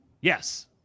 Yes